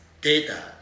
data